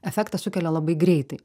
efektą sukelia labai greitai